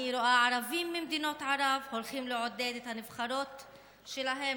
אני רואה ערבים ממדינות ערב הולכים לעודד את הנבחרות שלהם,